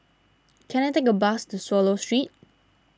can I take a bus to Swallow Street